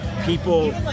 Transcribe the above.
people